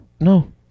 No